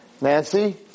Nancy